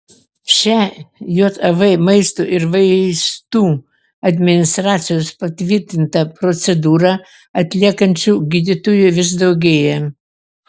šią jav maisto ir vaistų administracijos patvirtintą procedūrą atliekančių gydytojų vis daugėja